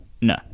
No